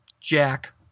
Jack